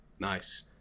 nice